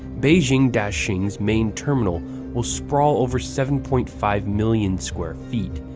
beijing-daxing's main terminal will sprawl over seven point five million square-feet.